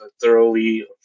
thoroughly